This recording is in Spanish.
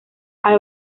hay